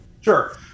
Sure